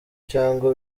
cyangwa